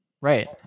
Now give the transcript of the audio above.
Right